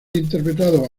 interpretado